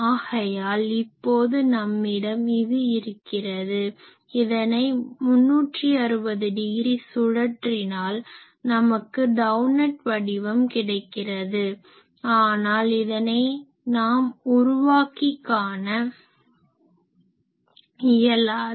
ஆகையால் இப்போது நம்மிடம் இது இருக்கிறது இதனை 360 டிகிரி சுழற்றினால் நமக்கு டௌனட் வடிவம் கிடைக்கிறது ஆனால் இதனை நாம் உருவாக்கிக் காண இயலாது